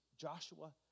Joshua